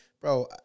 bro